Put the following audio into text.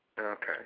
Okay